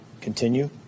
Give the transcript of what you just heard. continue